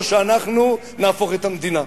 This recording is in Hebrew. או שאנחנו נהפוך את המדינה.